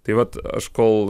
tai vat aš kol